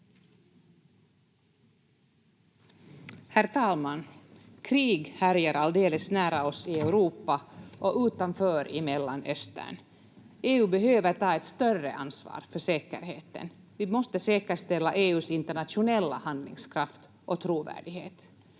Herr talman! Krig härjar alldeles nära oss i Europa och utanför i Mellanöstern. EU behöver ta ett större ansvar för säkerheten. Vi måste säkerställa EU:s internationella handlingskraft och trovärdighet.